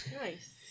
nice